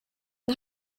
yng